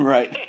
Right